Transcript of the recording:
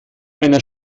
einer